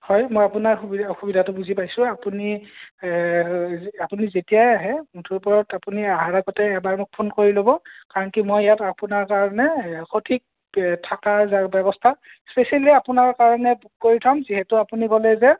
হয় মই আপোনাৰ অসু অসুবিধাটো বুজি পাইছোঁ আপুনি আপুনি যেতিয়াই আহে মুঠৰ ওপৰত আপুনি অহাৰ আগতে এবাৰ মোক ফোন কৰি ল'ব কাৰণ কি মই ইয়াত আপোনাৰ কাৰণে সঠিক থকাৰ ব্যৱস্থা স্পেচিয়েলী আপোনাৰ কাৰণে কৰি থ'ম যিহেতু আপুনি ক'লে যে